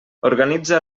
organitza